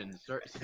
Start